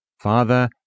Father